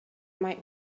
might